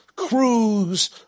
Cruise